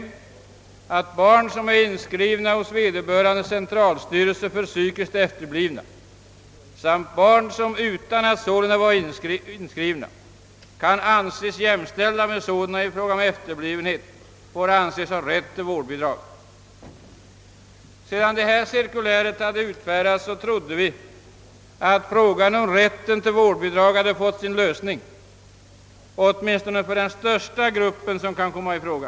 I detta cirkulär hette det: »Barn, som är inskrivna hos vederbörande centralstyrelse för psykiskt efterblivna, samt barn, som utan att sålunda vara inskrivna kan anses jämställda med sådana i fråga om efterblivenhet, får anses ha rätt till vårdbidrag.» Sedan detta cirkulär utfärdats trodde vi att frågan om rätten till vårdbidrag hade fått sin lösning, åtminstone för den största grupp som kan komma i fråga.